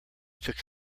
took